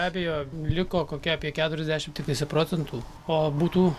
be abejo liko kokia apie keturiasdešim tiktais procentų o būtų